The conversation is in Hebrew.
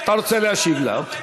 אתה רוצה להשיב לה.